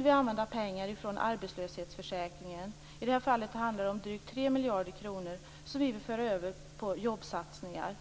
vi använda pengar från arbetslöshetsförsäkringen. I det här fallet handlar det om drygt 3 miljarder kronor som vi vill föra över till jobbsatsningar.